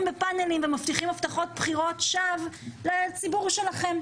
בפאנלים ומבטיחים הבטחות בחירות שווא לציבור שלכם,